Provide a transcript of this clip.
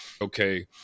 Okay